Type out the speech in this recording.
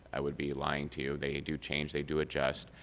i would be lying to you. they do change. they do adjust.